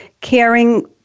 caring